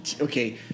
okay